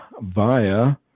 via